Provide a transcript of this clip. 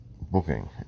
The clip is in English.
booking